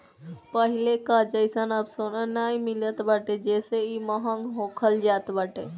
पहिले कअ जइसन अब सोना नाइ मिलत बाटे जेसे इ महंग होखल जात बाटे